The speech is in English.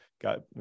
got